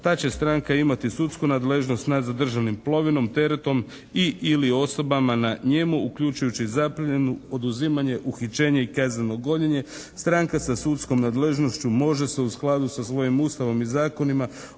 ta će stranka imati sudsku nadležnost nad zadržanim plovilom, teretom i/ili osobama na njemu, uključujući zapljenu, oduzimanje, uhićenje i kazneno gonjenje, stranka sa sudskom nadležnošću može se u skladu sa svojim Ustavom i zakonima